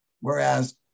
Whereas